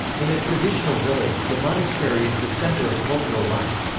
in a traditional village, the monastery is the centre of cultural life.